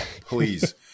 please